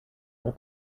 will